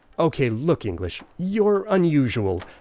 ok, look english, you're unusual.